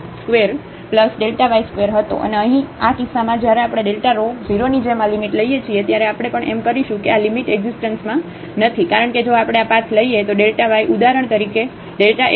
અને આ કિસ્સામાં જ્યારે આપણે Δ rho 0 ની જેમ આ લિમિટ લઈએ છીએ ત્યારે આપણે પણ એમ કરીશું કે આ લિમિટ એકઝીસ્ટન્સમાં નથી કારણ કે જો આપણે આ પાથ લઈએ તો Δ y ઉદાહરણ તરીકે Δ x બરાબર છે